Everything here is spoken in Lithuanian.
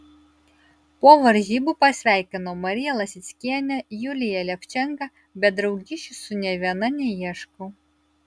po varžybų pasveikinau mariją lasickienę juliją levčenką bet draugysčių su nė viena neieškau